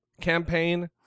campaign